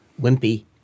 wimpy